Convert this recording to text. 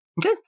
Okay